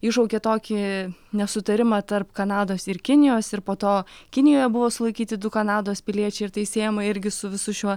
iššaukė tokį nesutarimą tarp kanados ir kinijos ir po to kinijoje buvo sulaikyti du kanados piliečiai ir tai siejama irgi su visu šiuo